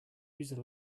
user